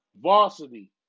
varsity